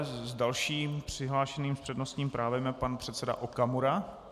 Dalším přihlášeným s přednostním právem je pan předseda Okamura.